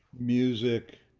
music,